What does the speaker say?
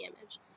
image